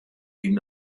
dem